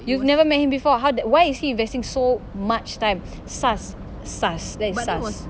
you've never met him before how why is he investing so much time sus sus that is sus